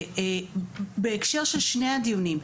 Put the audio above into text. ובהקשר של שני הדיונים,